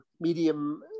medium